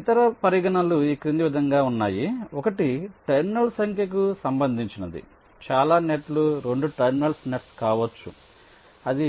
కొన్ని ఇతర రౌటింగ్ పరిగణనలు ఈ క్రింది విధంగా ఉన్నాయి ఒకటి టెర్మినల్స్ సంఖ్యకు సంబంధించినది చాలా నెట్ లు 2 టెర్మినల్ నెట్స్ కావచ్చు అది